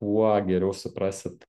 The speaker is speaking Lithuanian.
kuo geriau suprasit